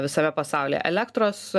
visame pasaulyje elektros